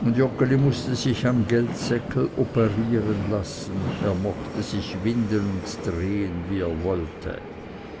und joggeli mußte sich am geldseckel operieren lassen er mochte sich winden und drehen wie er wollte